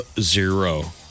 zero